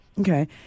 Okay